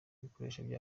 ibikorerwa